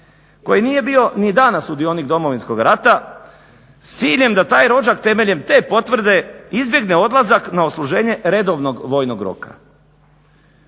koji nije bio ni dana sudionik Domovinskog rata s ciljem da taj rođak temeljem te potvrde izbjegne odlazak na odsluženje redovnog vojnog roka.